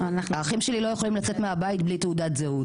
האחים שלי לא יכולים לצאת מהבית בלי תעודת זהות.